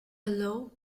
low